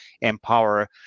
empower